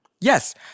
Yes